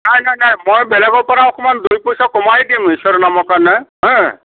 নাই নাই নাই মই বেলেগৰ পৰা অকণমাণ দুই পইচা কমাই দিম ঈশ্বৰৰ নামৰ কাৰণে হা